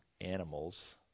animals